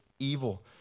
Evil